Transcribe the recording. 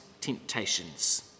temptations